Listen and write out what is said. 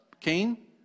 Cain